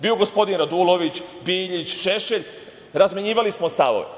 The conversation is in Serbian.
Bio gospodin Radulović, Biljić, Šešelj, razmenjivali smo stavove.